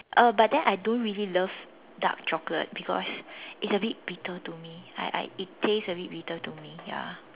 uh but then I don't really love dark chocolate because it's a bit bitter to me like like it taste a bit bitter to me ya